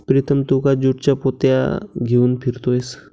प्रीतम तू का ज्यूटच्या पोत्या घेऊन फिरतोयस